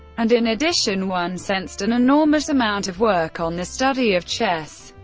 and in addition one sensed an enormous amount of work on the study of chess.